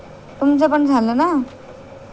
तुमचं पण झालं ना